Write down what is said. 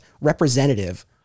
representative